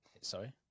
Sorry